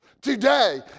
today